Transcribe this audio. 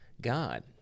god